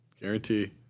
guarantee